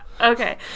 Okay